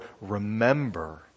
remember